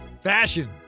fashion